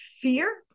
fear